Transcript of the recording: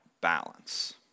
balance